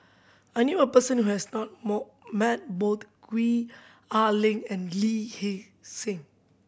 I knew a person who has not more met bot Gwee Ah Ling and Lee Hee Seng